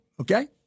okay